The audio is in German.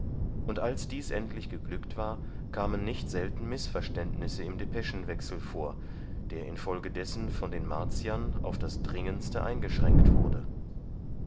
und als dies endlich geglückt war kamen nicht selten mißverständnisse im depeschenwechsel vor der infolgedessen von den martiern auf das dringendste eingeschränkt wurde